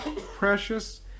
precious